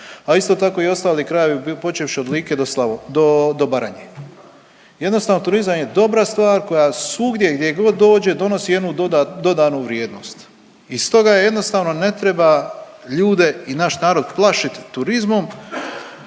a isto tako i ostali krajevi počevši od Like do Baranje. Jednostavno turizam je dobra stvar koja svugdje gdjegod dođe donosi jednu dodanu vrijednost. I stoga jednostavno ne treba ljude i naš narod plašit turizmom,